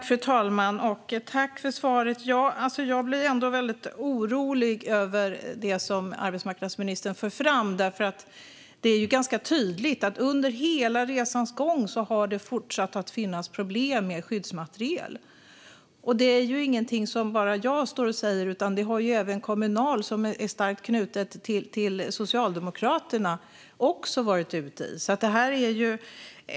Fru talman! Tack för svaret, arbetsmarknadsministern! Men jag blir ändå väldigt orolig över det som arbetsmarknadsministern för fram. Det är ju ganska tydligt att det under hela resans gång har varit problem med skyddsmaterial. Det är ingenting som bara jag står och säger, utan det har även Kommunal, som är starkt knutet till Socialdemokraterna, varit ute och sagt.